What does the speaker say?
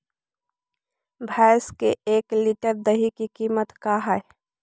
भैंस के एक लीटर दही के कीमत का है?